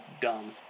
dumb